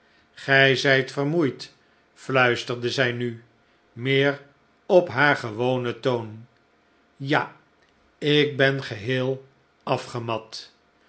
gij zijt vermoeid fluisterde zij nu meer op naar gewonen toon ja ik ben geheel afgemat